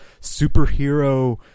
superhero